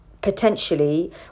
potentially